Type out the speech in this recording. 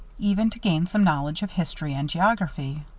even to gain some knowledge of history and geography.